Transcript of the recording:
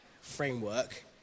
framework